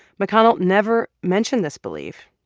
mcconnell never mentioned this belief.